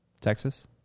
Texas